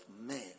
men